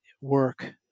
work